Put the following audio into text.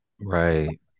Right